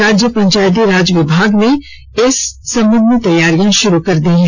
राज्य पंचायती राज विभाग ने इस बाबत तैयारियां शुरू कर दी है